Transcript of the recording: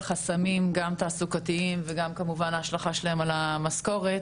חסמים גם תעסוקתיים וגם כמובן ההשלכה שלהם על המשכורת,